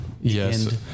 Yes